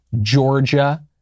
Georgia